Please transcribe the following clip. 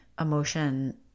emotion